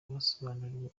basobanuriwe